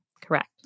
Correct